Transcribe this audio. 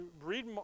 read